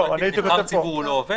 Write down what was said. לא, כי נבחר ציבור הוא לא עובד.